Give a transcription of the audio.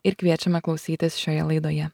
ir kviečiame klausytis šioje laidoje